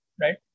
right